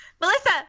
Melissa